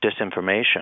disinformation